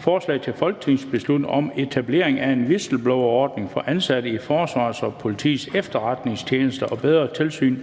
Forslag til folketingsbeslutning om etablering af en whistleblowerordning for ansatte i forsvarets og politiets efterretningstjenester og bedre tilsyn